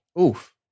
Oof